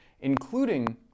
including